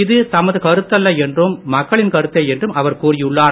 இது தமது கருத்தல்ல என்றும் மக்களின் கருத்தே என்றும் அவர் கூறியுள்ளார்